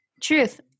Truth